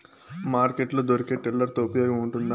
Market లో దొరికే tiller తో ఉపయోగం ఉంటుందా?